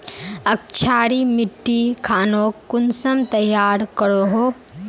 क्षारी मिट्टी खानोक कुंसम तैयार करोहो?